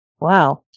Wow